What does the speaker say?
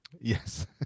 yes